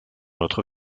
notre